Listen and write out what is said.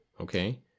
okay